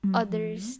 others